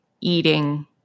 eating